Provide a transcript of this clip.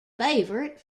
favorite